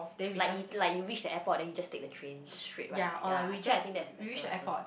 like like you reach the airport then you just take the train straight right yea actually I think that's better also